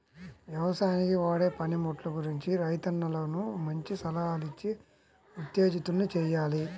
యవసాయానికి వాడే పనిముట్లు గురించి రైతన్నలను మంచి సలహాలిచ్చి ఉత్తేజితుల్ని చెయ్యాలి